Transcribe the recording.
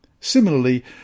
Similarly